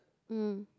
mm